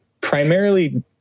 primarily